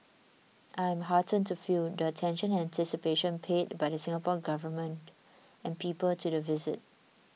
I'm heartened to feel the attention and anticipation paid by the Singapore Government and people to the visit